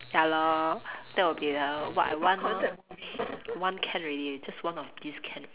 ya lor that would be err what I want lor one can already just one of these can